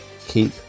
keep